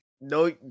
No